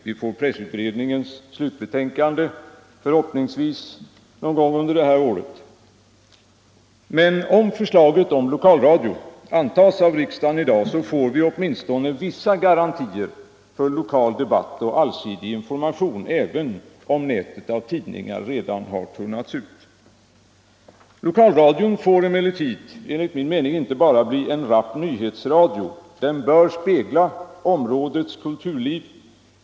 Vi får pressutredningens slutbetänkande förhoppningsvis någon gång under detta år. Men om förslaget om lokalradio antas av riksdagen i dag, får vi åtminstone vissa garantier för lokal debatt och allsidig information, även om nätet av tidningar redan har tunnats ut. Lokalradion får emellertid enligt min mening inte bara bli en rapp nyhetsradio. Den bör spegla områdets kulturliv.